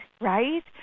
right